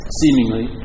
seemingly